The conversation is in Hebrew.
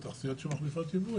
או תעשיות שמכניסות ייבוא,